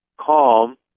calm